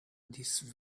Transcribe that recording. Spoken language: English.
this